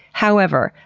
however,